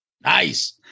Nice